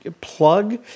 plug